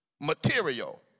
material